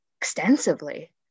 extensively